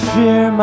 fear